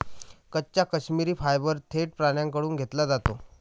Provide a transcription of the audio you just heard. कच्चा काश्मिरी फायबर थेट प्राण्यांकडून घेतला जातो